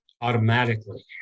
automatically